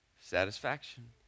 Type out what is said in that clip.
satisfaction